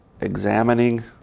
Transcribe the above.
examining